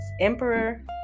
emperor